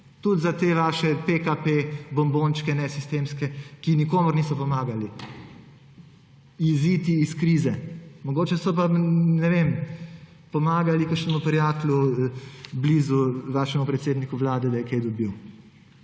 tudi za te vaše nesistemske bombončke PKP, ki nikomur niso pomagali iziti iz krize. Mogoče so pa, ne vem, pomagali kakšnemu prijatelju blizu vašemu predsedniku Vlade, da je kaj dobil.